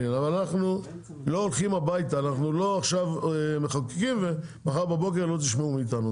אנחנו לא מחוקקים ומחר בבוקר לא תשמעו מאיתנו.